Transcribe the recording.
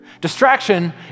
Distraction